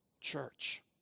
church